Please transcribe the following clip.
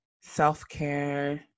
self-care